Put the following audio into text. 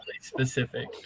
specific